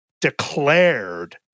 declared